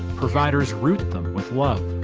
providers root them with love.